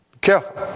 careful